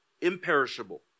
imperishable